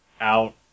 Out